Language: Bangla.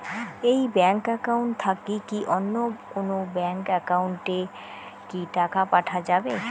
এই ব্যাংক একাউন্ট থাকি কি অন্য কোনো ব্যাংক একাউন্ট এ কি টাকা পাঠা যাবে?